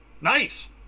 nice